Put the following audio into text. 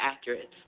accurate